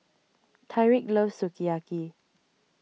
Tyreek loves Sukiyaki